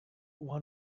one